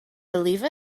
believe